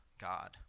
God